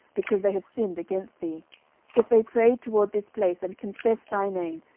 because they have sinned against thee if they pray toward this place, and confess thy name,